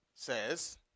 Says